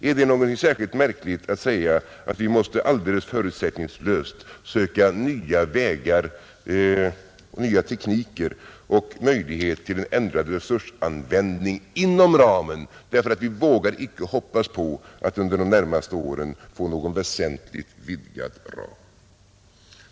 Är det så särskilt märkligt att då säga att vi helt förutsättningslöst måste söka nya vägar, nya tekniker och möjlighet till ändrad resursanvändning inom ramen, eftersom vi inte vågar hoppas på att under de närmaste åren få någon väsentligt vidgad ram?